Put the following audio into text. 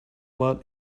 lot